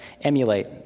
emulate